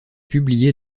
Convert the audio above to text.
publiée